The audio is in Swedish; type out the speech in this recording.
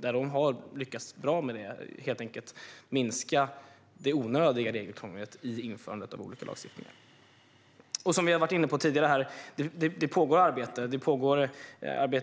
Där har man helt enkelt lyckats bra med att minska det onödiga regelkrånglet vid införandet av olika lagstiftningar. Som vi har varit inne på tidigare pågår arbete, till